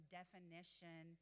definition